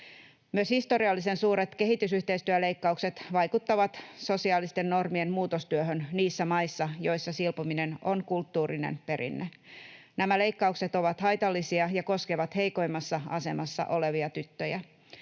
Myös historiallisen suuret kehitysyhteistyöleikkaukset vaikuttavat sosiaalisten normien muutostyöhön niissä maissa, joissa silpominen on kulttuurinen perinne. Nämä leikkaukset ovat haitallisia ja koskevat heikoimmassa asemassa olevia tyttöjä.